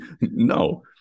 No